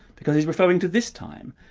because he's referring to this time,